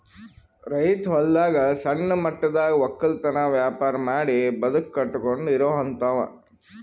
ರೈತ್ ಹೊಲದಾಗ್ ಸಣ್ಣ ಮಟ್ಟದಾಗ್ ವಕ್ಕಲತನ್ ವ್ಯಾಪಾರ್ ಮಾಡಿ ಬದುಕ್ ಕಟ್ಟಕೊಂಡು ಇರೋಹಂತಾವ